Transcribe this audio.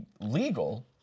legal